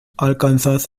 arkansas